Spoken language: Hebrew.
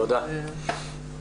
תודה.